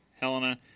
Helena